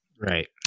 Right